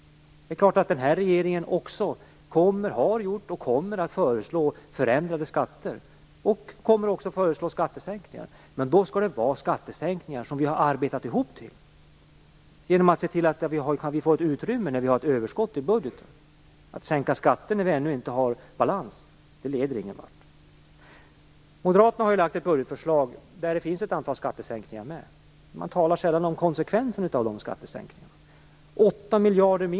Det är klart att även denna regering har föreslagit och kommer att föreslå förändrade skatter och också kommer att föreslå skattesänkningar. Men då skall det vara skattesänkningar som vi har arbetat ihop till genom att se till att vi får ett utrymme när vi har ett överskott i budgeten. Att sänka skatter då vi ännu inte har balans, det leder ingen vart. Moderaterna har lagt fram ett budgetförslag som innehåller ett antal skattesänkningar. Men man talar sällan om konsekvensen av dessa skattesänkningar. Lundgren?